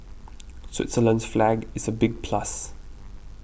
Switzerland's flag is a big plus